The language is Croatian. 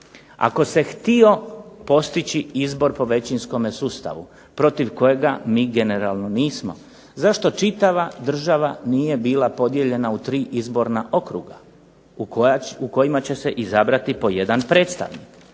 ako se htio postići izbor po većinskom sustavu protiv kojeg mi generalno nismo, zašto čitava država nije bila podijeljena u tri izborna okruga u kojima će se izabrati po jedan predstavnik?